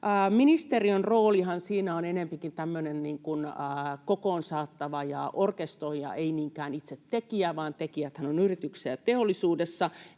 Ministeriön roolihan siinä on enempikin tämmöinen kokoon saattava ja orkestroija, ei niinkään itse tekijä, vaan tekijäthän ovat yrityksiä teollisuudessa.